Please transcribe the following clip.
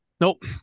Nope